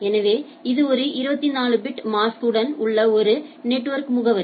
எனவே இது ஒரு 24 பிட் மாஸ்க் உடன் உள்ள ஒரு நெட்வொர்க் முகவரி